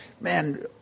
man